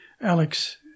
Alex